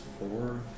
Four